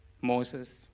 Moses